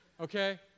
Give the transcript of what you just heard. okay